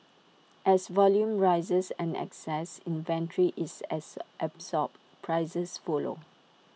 as volume rises and excess inventory is as absorbed prices follow